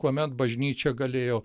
kuomet bažnyčia galėjo